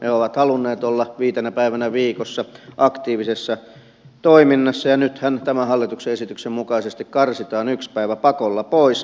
he ovat halunneet olla viitenä päivänä viikossa aktiivisessa toiminnassa ja nythän tämän hallituksen esityksen mukaisesti karsitaan yksi päivä pakolla pois